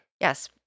Yes